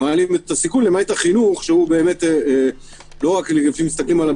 מעלים את הסיכון למעט החינוך מסתכלים עליו